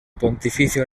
pontificia